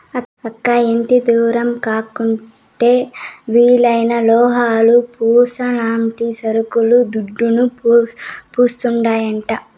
అక్కా, ఎంతిడ్డూరం కాకుంటే విలువైన లోహాలు, పూసల్లాంటి సరుకులు దుడ్డును, పుట్టిస్తాయంట